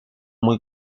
muy